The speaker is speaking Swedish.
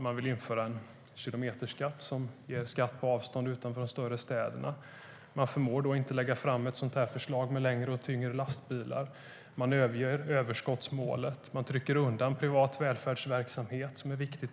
Man vill införa en kilometerskatt, som ger skatt på avstånd utanför de större städerna. Man förmår inte lägga fram ett sådant här förslag om längre och tyngre lastbilar. Man överger överskottsmålet. Man trycker undan till exempel privat välfärdsverksamhet, som är viktig.